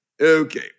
Okay